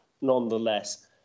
nonetheless